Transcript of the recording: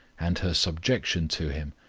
and her subjection to him,